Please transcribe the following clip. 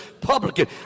publican